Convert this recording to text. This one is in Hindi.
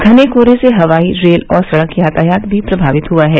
घने कोहरे से हवाई रेल और सड़क यातायात भी प्रमावित हुआ है